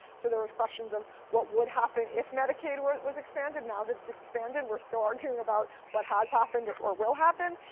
so there was questions of what would happen if medicaid was expanded. now that it's expanded, we're still arguing about what has happened or will happen.